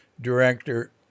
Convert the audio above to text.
director